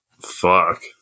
Fuck